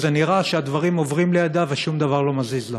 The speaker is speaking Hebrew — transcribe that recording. אבל נראה שהדברים עוברים לידה ושום דבר לא מזיז לה.